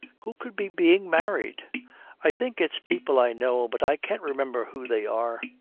who could be being married i think it's people i know, but i can't remember who they are.